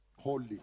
Holy